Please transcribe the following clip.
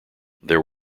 there